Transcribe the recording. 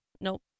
nope